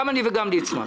גם אני וגם ליצמן,